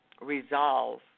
resolve